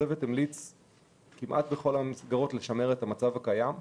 הצוות המליץ על שימור המצב הקיים ברוב המסגרות.